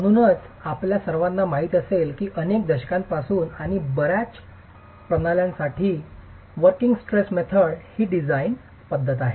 म्हणूनच आपल्या सर्वांना माहिती असेल की अनेक दशकांपासून आणि बर्याच प्रणाल्यांसाठी वोर्किंग स्ट्रेसची ही डिझाइनची पद्धत आहे